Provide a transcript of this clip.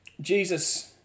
Jesus